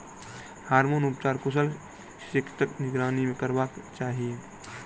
hormone उपचार कुशल चिकित्सकक निगरानी मे करयबाक चाही